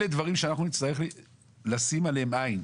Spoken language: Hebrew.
אלה דברים שאנחנו נצטרך לשים עליהם עין.